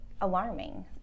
alarming